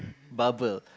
bubble